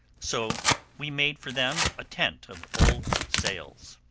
so we made for them a tent of old sails.